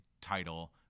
title